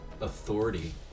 authority